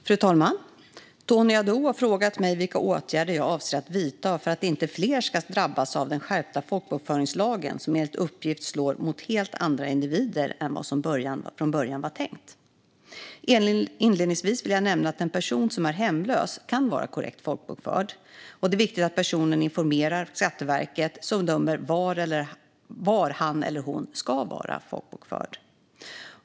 Fru talman! Tony Haddou har frågat mig vilka åtgärder jag avser att vidta för att inte fler ska drabbas av den skärpta folkbokföringslagen, som enligt uppgift slår mot helt andra individer än vad som var tänkt från början. Inledningsvis vill jag nämna att en person som är hemlös kan vara korrekt folkbokförd. Det är viktigt att personen informerar Skatteverket, som bedömer var han eller hon ska vara folkbokförd.